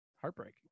heartbreaking